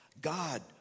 God